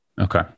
Okay